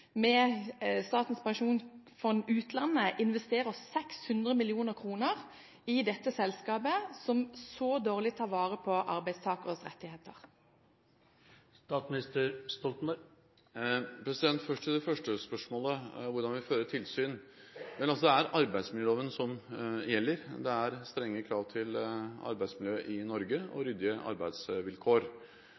med Statens pensjonsfond utland investerer 600 mill. kr i dette selskapet som så dårlig tar vare på arbeidstakeres rettigheter. Først til det første spørsmålet, om hvordan vi fører tilsyn. Det er arbeidsmiljøloven som gjelder. Det er strenge krav til arbeidsmiljø og ryddige arbeidsvilkår i Norge.